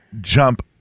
jump